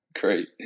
Great